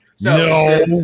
No